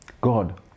God